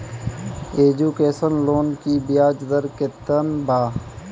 Education loan की ब्याज दर केतना बा?